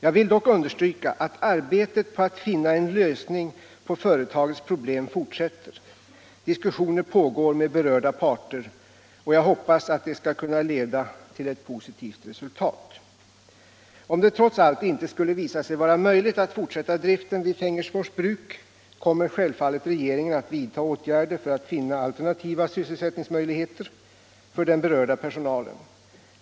Jag vill dock understryka att arbetet på att finna en lösning på företagets problem fortsätter. Diskussioner pågår med berörda parter, och jag hoppas att de skall kunna leda till positivt resultat. Om det trots allt inte skulle visa sig vara möjligt att fortsätta driften vid Fengersfors Bruk, kommer självfallet regeringen att vidta åtgärder för att finna alternativa sysselsättningsmöjligheter för den berörda personalen.